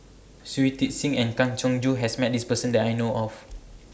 Shui Tit Sing and Kang Siong Joo has Met This Person that I know of